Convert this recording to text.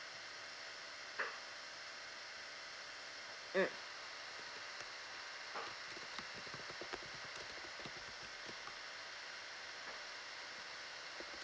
mm